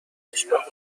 دانشگاه